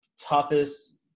Toughest